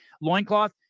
loincloth